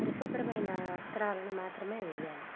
పరిశుభ్రమైన వస్త్రాలను మాత్రమే వెయ్యాలి